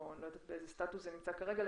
או בסטטוס שזה נמצא כרגע,